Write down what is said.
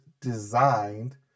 designed